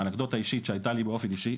אנקדוטה אישית שהייתה לי באופן אישי.